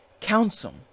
council